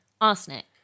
Arsenic